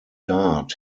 dart